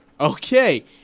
Okay